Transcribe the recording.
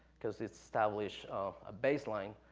because it establishes a baseline,